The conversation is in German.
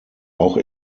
auch